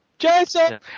Jason